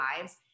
lives